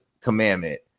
commandment